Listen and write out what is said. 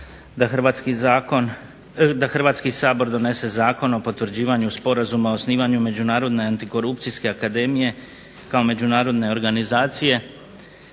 da Hrvatski sabor donese Zakon o potvrđivanju Sporazuma o osnivanju Međunarodne antikorupcijske akademije kao međunarodne organizacije